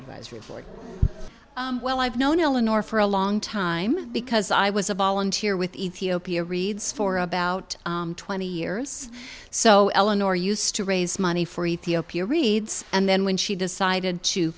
advisory board well i've known eleanor for a long time because i was a volunteer with ethiopia reads for about twenty years so eleanor used to raise money for ethiopia reads and then when she decided to